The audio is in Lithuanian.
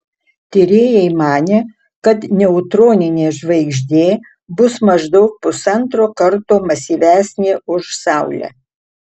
tyrėjai manė kad neutroninė žvaigždė bus maždaug pusantro karto masyvesnė už saulę